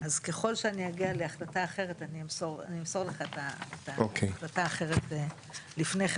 אז ככל ואני אגיע להחלטה אחרת אני אמסור לך את ההחלטה האחרת לפני כן.